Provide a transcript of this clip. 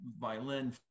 violin